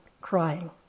crying